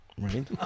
Right